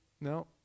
no